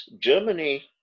germany